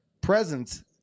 presence